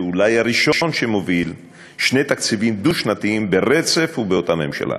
שאולי הוא הראשון שמוביל שני תקציבים דו-שנתיים ברצף ובאותה ממשלה.